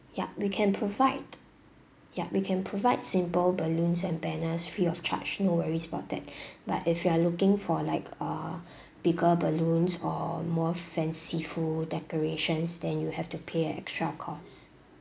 yup we can provide yup we can provide simple balloons and banners free of charge no worries about that but if you are looking for like uh bigger balloons or more fanciful decorations then you have to pay an extra cost